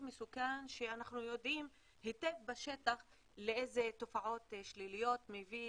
מסוכן שאנחנו יודעים היטב בשטח לאיזה תופעות שליליות זה מביא,